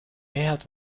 mehrheit